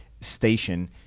station